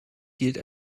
gilt